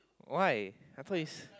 why I thought it's